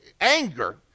anger